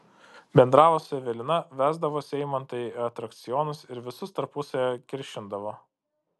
bendravo su evelina vesdavosi eimantą į atrakcionus ir visus tarpusavyje kiršindavo